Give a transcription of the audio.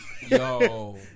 yo